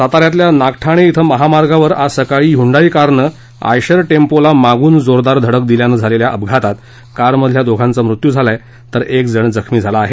साता यातल्या नागठाणे अं महामार्गावर आज सकाळी ह्युंडाई कारनं आयशर टॅम्पोला मागून जोरदार धडक दिल्यानं झालेल्या अपघातात कारमधल्या दोघांचा मृत्यू झाला तर एकजण जखमी झाला आहे